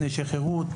נשי חירות,